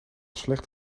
slecht